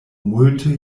multe